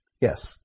Yes